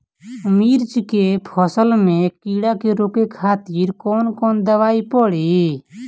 मिर्च के फसल में कीड़ा के रोके खातिर कौन दवाई पड़ी?